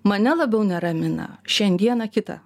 mane labiau neramina šiandieną kita